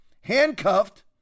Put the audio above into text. handcuffed